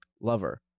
lover